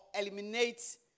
eliminate